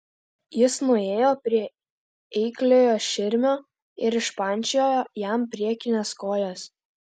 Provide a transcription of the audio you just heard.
jis nuėjo prie eikliojo širmio ir išpančiojo jam priekines kojas